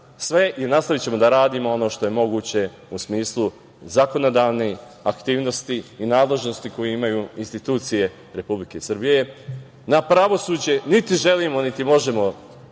sve i nastavićemo da radimo ono što je moguće u smislu zakonodavnih aktivnosti i nadležnosti koju imaju institucije Republike Srbije. Na pravosuđe niti želimo, niti možemo